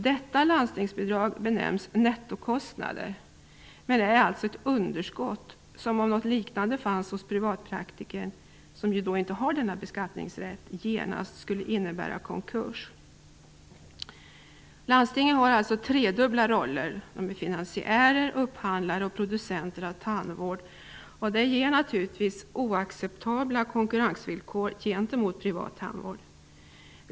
Detta landstingsbidrag benämns nettokostnader, men är alltså ett underskott. Om något liknande fanns hos privatpraktikern, som ju inte har denna beskattningsrätt, skulle det genast innebära konkurs. Landstinget har alltså tredubbla roller som finansiär, upphandlare och producent av tandvård. Detta ger naturligtvis oacceptabla konkurrensvillkor gentemot privat tandvård.